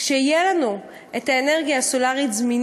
כשתהיה לנו זמינה האנרגיה הסולרית,